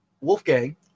Wolfgang